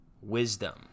wisdom